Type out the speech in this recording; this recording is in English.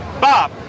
Bob